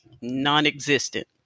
non-existent